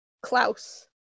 Klaus